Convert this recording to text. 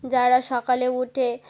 যারা সকালে উঠে